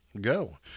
go